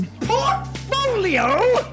Portfolio